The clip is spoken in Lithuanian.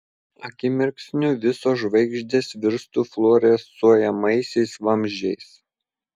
akimirksniu visos žvaigždės virstų fluorescuojamaisiais vamzdžiais